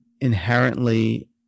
inherently